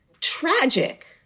tragic